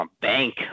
Bank